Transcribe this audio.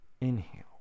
Inhale